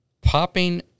Popping